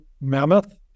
mammoth